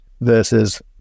versus